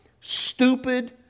stupid